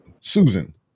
Susan